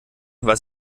was